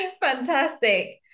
Fantastic